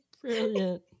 Brilliant